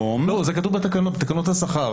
דומני שכולנו נהיה כאן תמימי דעים שאחרי שחוקק